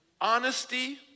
Honesty